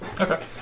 Okay